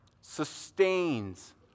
sustains